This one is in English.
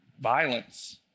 violence